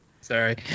Sorry